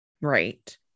Right